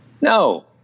No